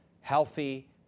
healthy